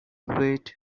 fluid